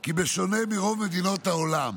כי בשונה מרוב מדינות העולם,